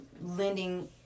lending